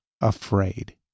afraid